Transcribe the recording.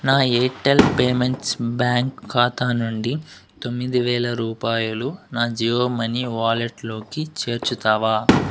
నా Airtel payments bank ఖాతా నుండి తొమ్మిది వేల రూపాయలు నా జియో మనీ వాలెట్లోకి చేర్చుతావా